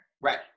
Right